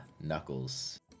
knuckles